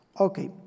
Okay